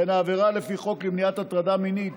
וכן העבירה לפי חוק למניעת הטרדה מינית